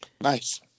Nice